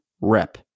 rep